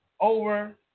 over